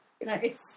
Nice